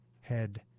head